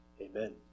Amen